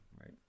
right